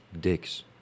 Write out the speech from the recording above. dicks